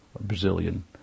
Brazilian